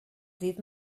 ddydd